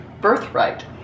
birthright